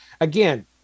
again